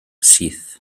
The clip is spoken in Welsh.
syth